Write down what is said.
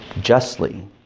justly